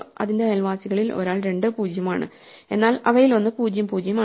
അതിന്റെ അയൽവാസികളിൽ ഒരാൾ 2 0 ആണ് എന്നാൽ അവയിലൊന്ന് 0 0 ആണ്